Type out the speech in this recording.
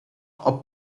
are